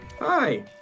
Hi